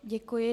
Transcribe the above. Děkuji.